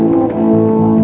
or